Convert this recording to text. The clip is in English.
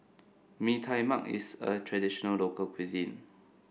Mee Tai Mak is a traditional local cuisine